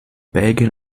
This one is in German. belgien